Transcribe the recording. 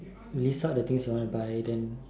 list out the things you wanna buy then